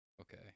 Okay